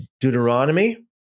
Deuteronomy